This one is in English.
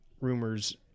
rumors